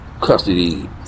custody